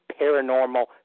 paranormal